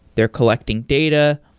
they're collecting data.